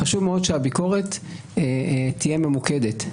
חשוב מאוד שהביקורת תהיה ממוקדת,